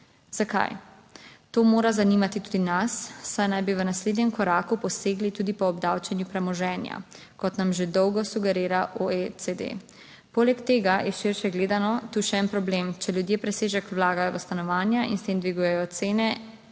Zakaj, to mora zanimati tudi nas, saj naj bi v naslednjem koraku posegli tudi po obdavčenju premoženja, kot nam že dolgo sugerira OECD. Poleg tega je, širše gledano, tu še en problem: če ljudje presežek vlagajo v stanovanja in s tem dvigujejo cene,